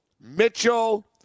Mitchell